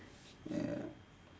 ya